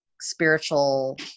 spiritual